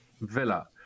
Villa